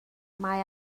mae